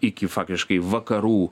iki faktiškai vakarų